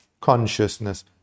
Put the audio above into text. consciousness